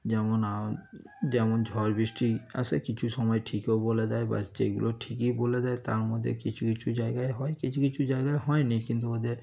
যেমন যেমন ঝড় বৃষ্টি আসে কিছু সময় ঠিকও বলে দেয় বা যেগুলো ঠিকই বলে দেয় তার মধ্যে কিছু কিছু জায়গায় হয় কিছু কিছু জায়গায় হয় না কিন্তু ওদের